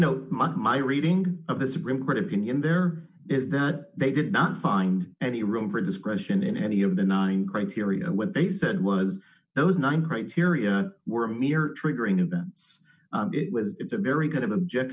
know my reading of the supreme court opinion there is that they did not find any room for discretion in any of the nine criteria what they said was those nine criteria were mere triggering events it was it's a very kind of object